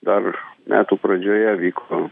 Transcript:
dar metų pradžioje vyko